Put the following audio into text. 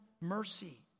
mercy